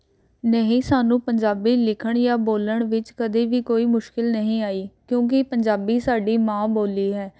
ਨਹੀਂ ਸਾਨੂੰ ਪੰਜਾਬੀ ਲਿਖਣ ਜਾਂ ਬੋਲਣ ਵਿੱਚ ਕਦੀ ਵੀ ਕੋਈ ਮੁਸ਼ਕਿਲ ਨਹੀਂ ਆਈ ਕਿਉਂਕਿ ਪੰਜਾਬੀ ਸਾਡੀ ਮਾਂ ਬੋਲੀ ਹੈ